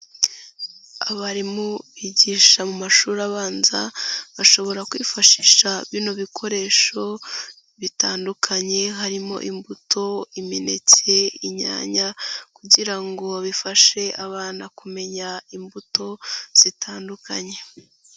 Abarimu bigisha mu mashuri abanza, bashobora kwifashisha bino bikoresho bitandukanye, harimo imbuto imeneke, inyanya kugira ngo bifashe abana kumenya imbuto zitandukanye.